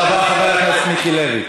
תודה רבה, חבר הכנסת מיקי לוי.